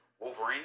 Wolverine